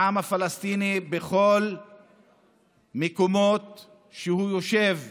העם הפלסטיני בכל המקומות שהוא יושב בהם,